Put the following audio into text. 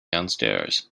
downstairs